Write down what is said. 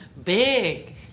big